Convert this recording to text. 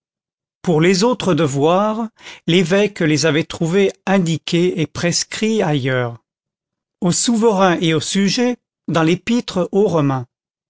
pour les autres devoirs l'évêque les avait trouvés indiqués et prescrits ailleurs aux souverains et aux sujets dans l'épître aux romains